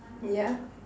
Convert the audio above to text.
yeah